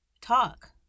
talk